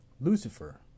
Lucifer